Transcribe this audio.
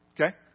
Okay